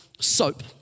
soap